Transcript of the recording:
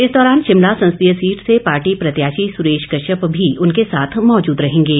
इस दौरान शिमला संसदीय सीट से पार्टी प्रत्याशी सुरेश कश्यप भी उनके साथ मौजूद रहेंगे